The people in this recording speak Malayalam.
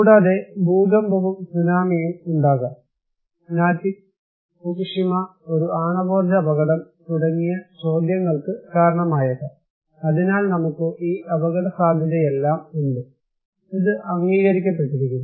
കൂടാതെ ഭൂകമ്പവും സുനാമിയും ഉണ്ടാകാം നാറ്റിക് ഫുകുഷിമ ഒരു ആണവോർജ്ജ അപകടം തുടങ്ങിയ ചോദ്യങ്ങൾക്ക് കാരണമായേക്കാം അതിനാൽ നമുക്ക് ഈ അപകടസാധ്യതയെല്ലാം ഉണ്ട് ഇത് അംഗീകരിക്കപ്പെട്ടിരിക്കുന്നു